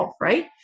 Right